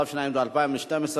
התשע"ב 2012,